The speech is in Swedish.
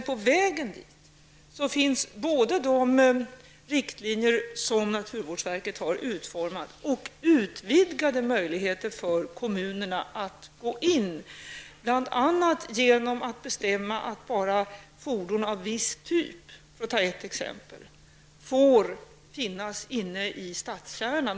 På vägen dit finns både de riktlinjer som naturvårdsverket har utformat och utvidgade möjligheter för kommunerna att gå in, bl.a. genom att bestämma att endast vissa fordon av en viss typ får finnas inne i stadskärnan.